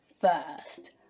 first